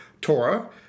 Torah